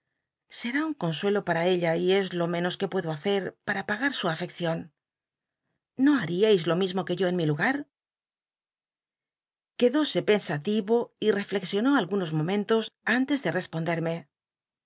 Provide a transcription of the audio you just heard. i un consuelo pa ra ella y es lo menos que puedo hacer pa ra pagar su afeccion no haríais lo mismo uc yo en mi lugar quedósc pensativo y cllcxionó algunos momentos antes de responderme